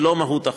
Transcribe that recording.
זו לא מהות החוק.